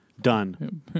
Done